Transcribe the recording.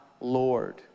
Lord